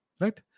Right